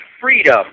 freedom